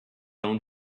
own